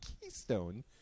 keystone